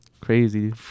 crazy